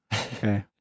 Okay